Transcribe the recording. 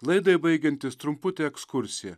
laidai baigiantis trumputė ekskursija